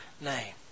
name